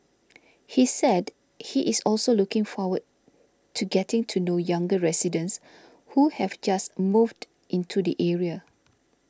he said he is also looking forward to getting to know younger residents who have just moved into the area